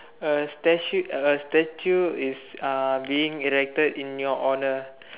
a statue a statue is uh being erected in your honour